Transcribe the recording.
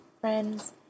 Friends